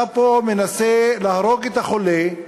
אתה פה מנסה להרוג את החולה.